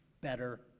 better